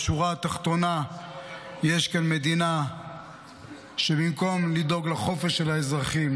בשורה התחתונה יש כאן מדינה שבמקום לדאוג לחופש של האזרחים,